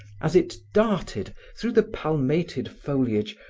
as it darted, through the palmated foliage,